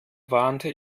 warnte